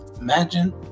imagine